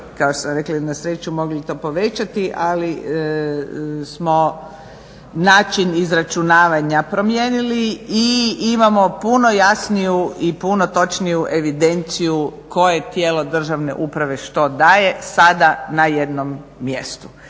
što smo rekli nasreću mogli to povećati ali smo način izračunavanja promijenili i imamo puno jasniju i puno točniju evidenciju koje tijelo državne uprave daje sada na jednom mjestu